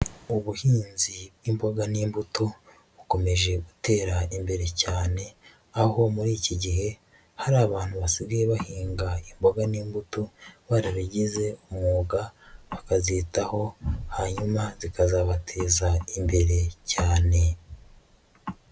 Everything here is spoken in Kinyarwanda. Ubuhinzi bw'imboga n'imbuto bukomeje gutera imbere cyane aho muri iki gihe hari abantu basigaye bahinga imboga n'imbuto barabigize umwuga bakazitaho hanyuma zikazabateza imbere cyane.